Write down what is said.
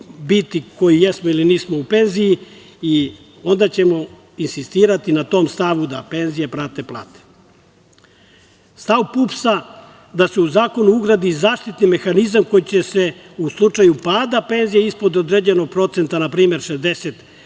biti koji jesmo ili nismo u penziji i onda ćemo insistirati na tom stavu da penzije prate plate. Stav PUPS da se u zakon ugradi zaštitni mehanizam koji će se u slučaju pada penzija ispod određenog procenta, na primer 60%,